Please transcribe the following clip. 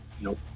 Nope